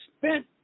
spent